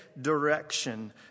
direction